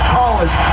college